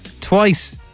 twice